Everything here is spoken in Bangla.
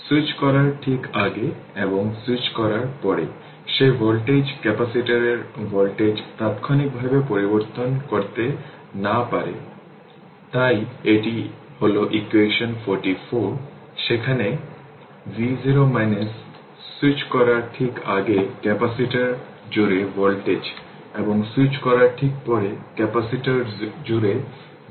স্যুইচ করার ঠিক আগে এবং সুইচ করার পরে সেই ভোল্টেজ ক্যাপাসিটরের ভোল্টেজ তাৎক্ষণিকভাবে পরিবর্তন করতে না পারে তাই এটি হল ইকুয়েশন 44 যেখানে v0 স্যুইচ করার ঠিক আগে ক্যাপাসিটর জুড়ে ভোল্টেজ এবং স্যুইচ করার ঠিক পরে ক্যাপাসিটর জুড়ে v0 ভোল্টেজ